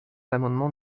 l’amendement